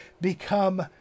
become